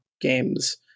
games